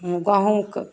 हूँ गहूँमके